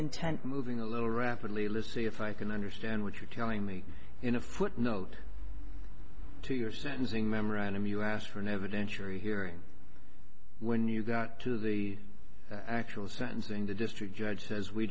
intent moving a little rapidly lissie if i can understand what you're telling me in a footnote to your sentencing memorandum you asked for an evidentiary hearing when you got to the actual sentencing the district judge says we